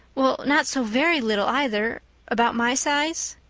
well, not so very little either about my size.